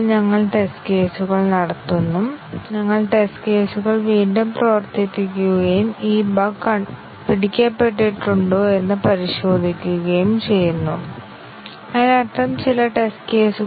test കേസുകൾ എടുക്കുന്ന എഡ്ജ്കൾ എന്താണെന്നും ടെസ്റ്റ് കേസുകൾ നടപ്പിലാക്കുന്ന എഡ്ജ്കൾ എന്താണെന്നും ഞങ്ങൾ അടയാളപ്പെടുത്തുന്നു കൂടാതെ ടെസ്റ്റ് കേസ് കുറഞ്ഞത് ഒരു പുതിയ എഡ്ജ് നടപ്പിലാക്കുന്നിടത്തോളം കാലം ഒരു പുതിയ പാത്ത് നടപ്പിലായതായി നമുക്കറിയാം